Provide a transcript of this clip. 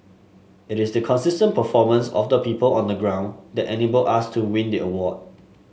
it is the consistent performance of the people on the ground that enabled us to win the award